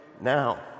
now